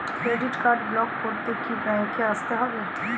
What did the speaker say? Credit card block করতে কি ব্যাংকে আসতে হবে?